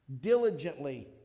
Diligently